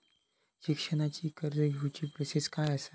शिक्षणाची कर्ज घेऊची प्रोसेस काय असा?